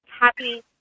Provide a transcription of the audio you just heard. happy